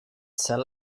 sell